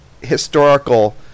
historical